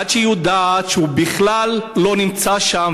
עד שהיא יודעת שהוא בכלל לא נמצא שם,